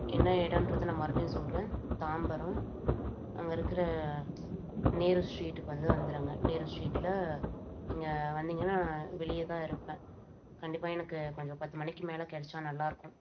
என்ன இடன்றது நான் மறுபடியும் சொல்கிறேன் தாம்பரம் அங்கே இருக்கிற நேரு ஸ்ட்ரீட்டுக்கு வந்து வந்துடுங்க நேரு ஸ்ட்ரீட்டில் நீங்கள் வந்தீங்கனால் வெளியே தான் இருப்பேன் கண்டிப்பாக எனக்கு கொஞ்சம் பத்து மணிக்கு மேலே கிடைத்தா நல்லா இருக்கும்